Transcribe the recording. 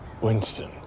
Winston